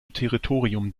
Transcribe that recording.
territorium